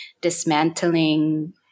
dismantling